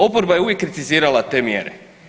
Oporba je uvijek kritizirala te mjere.